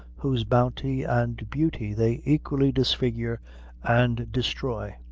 whose bounty and beauty they equally disfigure and destroy.